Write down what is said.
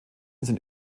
sind